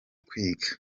kwiga